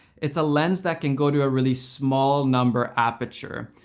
it's a lens that can go to a really small number aperture.